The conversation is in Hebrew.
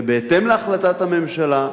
ובהתאם להחלטת הממשלה,